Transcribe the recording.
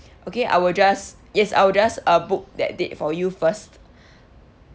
okay I will just yes I will just uh book that date for you first